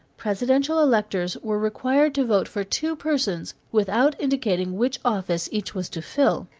presidential electors were required to vote for two persons without indicating which office each was to fill,